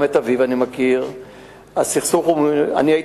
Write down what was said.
וגם את אביו אני מכיר.